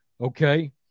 okay